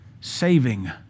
saving